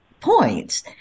points